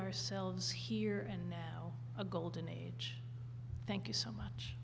ourselves here and now a golden age thank you so much